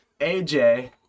AJ